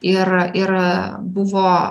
ir ir buvo